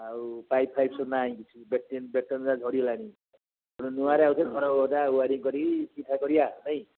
ଆଉ ପାଇପ୍ ଫାଇପ୍ ସବୁ ନାଇଁ କିଛି ଝଡ଼ିଗଲାଣିି ତେଣୁ ନୂଆରେ ଆଉ ଘର ଅଧା ୱୟାରିଂ କରିକି ଚିଠା କରିବା ନାଇଁ